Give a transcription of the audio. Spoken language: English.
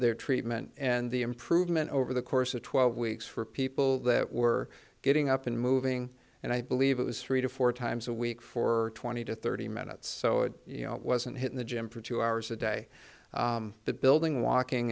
their treatment and the improvement over the course of twelve weeks for people that were getting up and moving and i believe it was three to four times a week for twenty to thirty minutes so if you know it wasn't hitting the gym for two hours a day the building walking